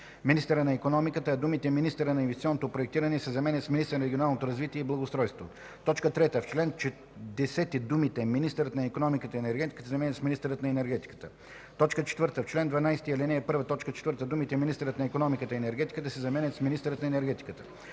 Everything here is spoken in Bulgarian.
министъра на икономиката”, а думите „министъра на инвестиционното проектиране” се заменят с „министъра на регионалното развитие и благоустройството”. 3. В чл. 10 думите „Министърът на икономиката и енергетиката” се заменят с „Министърът на енергетиката”. 4. В чл. 12, ал. 1, т. 4 думите „министърът на икономиката и енергетиката” се заменят с „министърът на енергетиката”.